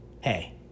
Hey